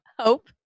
Hope